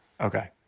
Okay